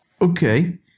Okay